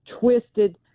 twisted